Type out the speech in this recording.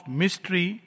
mystery